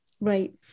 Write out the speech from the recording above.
right